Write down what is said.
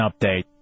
update